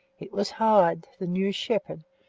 it was hyde, the new shepherd,